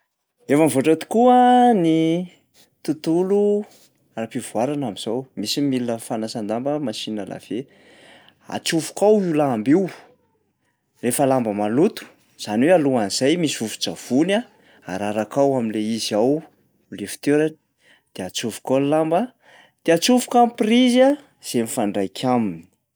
Efa mivoatra tokoa ny tontolo ara-pivoarana am'zao, misy ny milina fanasan-damba, machine à laver. Atsofoka ao io lamba io, rehefa lamba maloto zany hoe alohan'zay misy vovo-tsavony a araraka ao am'lay izy ao, le fitoerany, de atsofoka ao ny lamba de atsofoka ny prizy a zay mifandraika aminy.